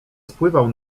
spływał